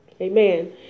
Amen